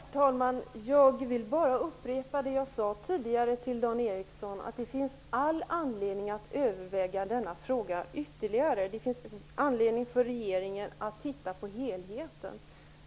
Herr talman! Jag vill bara upprepa det som jag sade tidigare till Dan Ericsson, nämligen att det finns all anledning att överväga denna fråga ytterligare. Det finns anledning för regeringen att se på helheten.